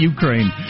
Ukraine